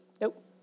nope